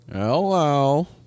hello